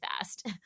fast